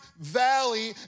valley